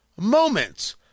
moments